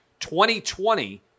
2020